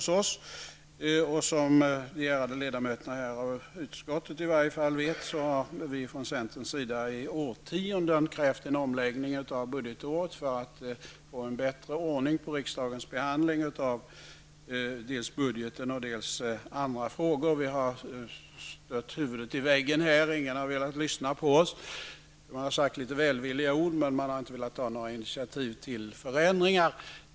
Som de ärade ledamötena i utskottet vet har vi från centerns sida i årtionden krävt en omläggning av budgetåret för att få till stånd en bättre ordning på riksdagens behandling av budgeten och andra frågor. Men vi har stött huvudet i väggen. Det är ingen som har velat lyssna på oss. Man har sagt några välvilliga ord, men man har inte velat ta några initiativ till förändringar.